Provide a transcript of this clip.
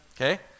okay